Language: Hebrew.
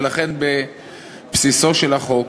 ולכן בבסיסו של החוק,